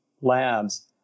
labs